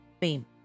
fame